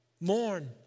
Mourn